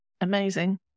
Amazing